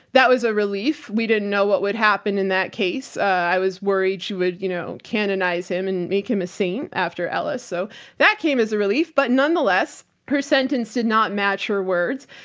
that was a relief. we didn't know what would happen in that case. ah, i was worried she would, you know, canonize him and make him a saint after ellis. so that came as a relief. but nonetheless, her sentence did not match her words.